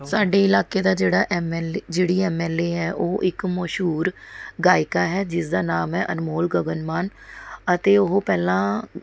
ਸਾਡੇ ਇਲਾਕੇ ਦਾ ਜਿਹੜਾ ਐੱਮ ਐੱਲ ਜਿਹੜੀ ਐੱਮ ਐੱਲ ਏ ਹੈ ਉਹ ਇੱਕ ਮਸ਼ਹੂਰ ਗਾਇਕਾ ਹੈ ਜਿਸਦਾ ਨਾਮ ਹੈ ਅਨਮੋਲ ਗਗਨ ਮਾਨ ਅਤੇ ਉਹ ਪਹਿਲਾਂ